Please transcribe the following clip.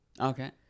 Okay